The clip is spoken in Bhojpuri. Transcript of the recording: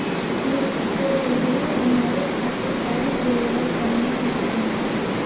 मिट्टी के भूरभूरा बनावे खातिर कवन उर्वरक भड़िया होखेला?